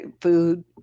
food